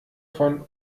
von